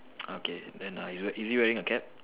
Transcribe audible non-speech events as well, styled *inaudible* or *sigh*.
*noise* okay then uh he's wear is he wearing a cap